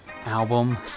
album